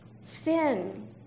sin